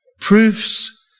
proofs